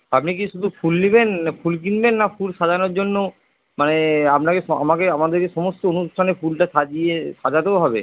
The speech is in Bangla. আপনি কি শুধু ফুল নিবেন ফুল কিনবেন না ফুল সাজানোর জন্য মানে আপনাকে আমাকে আমাদের সমস্ত অনুষ্ঠানে ফুলটা সাজিয়ে সাজাতেও হবে